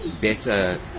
better